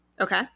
Okay